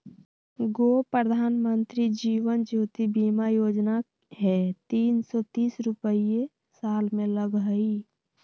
गो प्रधानमंत्री जीवन ज्योति बीमा योजना है तीन सौ तीस रुपए साल में लगहई?